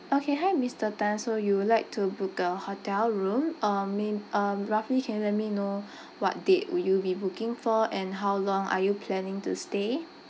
okay hi mister tan so you would like to book a hotel room uh main um roughly can you let me know what date will you be booking for and how long are you planning to stay